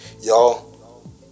y'all